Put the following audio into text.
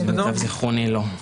למיטב זיכרוני, לא.